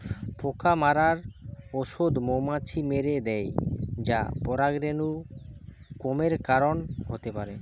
পোকা মারার ঔষধ মৌমাছি মেরে দ্যায় যা পরাগরেণু কমের কারণ হতে পারে